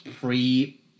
pre